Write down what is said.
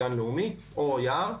גן לאומי או יער,